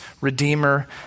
Redeemer